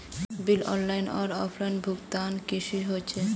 Bill online आर offline भुगतान कुंसम होचे?